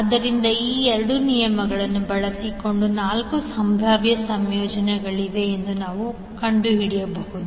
ಆದ್ದರಿಂದ ಈ 2 ನಿಯಮಗಳನ್ನು ಬಳಸಿಕೊಂಡು 4 ಸಂಭಾವ್ಯ ಸಂಯೋಜನೆಗಳಿವೆ ಎಂದು ನಾವು ಕಂಡುಹಿಡಿಯಬಹುದು